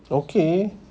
okay